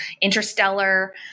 Interstellar